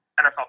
NFL